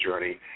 journey